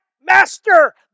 master